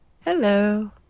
Hello